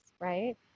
right